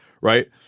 right